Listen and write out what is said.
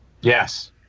Yes